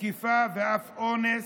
תקיפה ואף אונס,